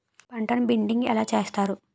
పంటను బిడ్డింగ్ ఎలా చేస్తారు?